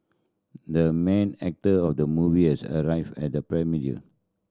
the main actor of the movie has arrived at the premiere